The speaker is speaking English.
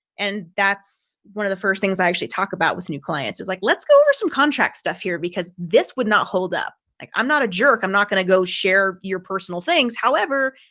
and that's one of the first things i actually talk about with new clients is like, let's go over some contract stuff here. because this would not hold up. like i'm not a jerk, i'm not gonna go share your personal things. however,